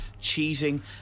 cheating